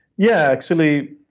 yeah, actually